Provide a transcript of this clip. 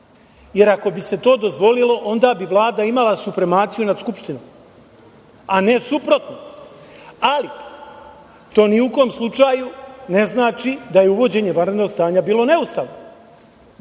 jer ako bi se to dozvolilo, onda bi Vlada imala supremaciju nad Skupštinom, a ne suprotno. Ali, to ni u kom slučaju ne znači da je uvođenje vanrednog stanja bilo neustavno.Zašto?